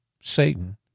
Satan